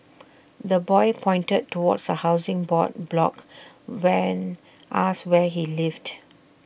the boy pointed towards A Housing Board block when asked where he lived